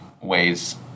ways